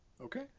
okay